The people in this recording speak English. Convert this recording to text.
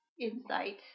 insight